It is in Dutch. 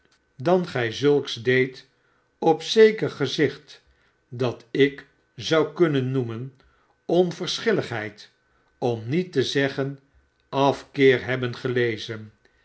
dan gij zulks deedt op zeker gezicht dat ik zou kunnen noemen onverschilligheid om niet te zeggen afkeer hebben gelezen